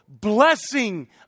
blessing